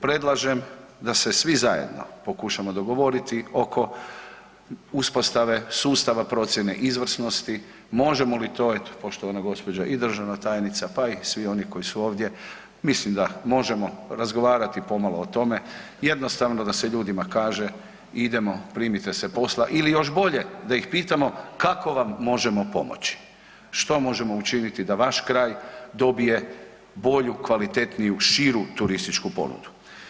Predlažem da se svi zajedno pokušamo dogovoriti oko uspostave sustava procjene izvrsnosti, možemo li to eto poštovana gospođa i državna tajnica pa i svi oni koji su ovdje mislim da možemo razgovarati pomalo o tome jednostavno da se ljudima kaže, idemo primite se posla ili još bolje da ih pitamo, kako vam možemo pomoći, što možemo učiniti da vaš kraj dobije bolju, kvalitetniju, širu turističku ponudu.